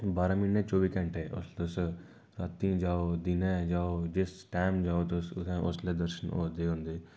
बारां म्हीने चौबी घैंटे तुस राती जाओ दिनें जाओ जिस टैम जाओ तुस उत्थै उसलै दर्शन होआ दे होंदे